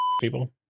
people